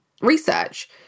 research